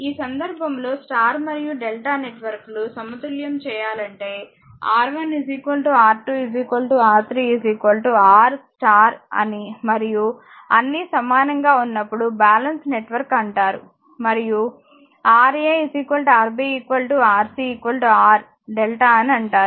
ఈ సందర్భంలో స్టార్ మరియు డెల్టా నెట్వర్క్లు సమతుల్యం చేయాలంటే R1 R2 R3 R star మరియు అన్నీ సమానంగా ఉన్నప్పుడు బ్యాలెన్స్ నెట్వర్క్ అంటారు మరియు Ra Rb Rc R delta అని అంటారు